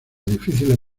difíciles